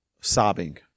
sobbing